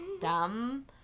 dumb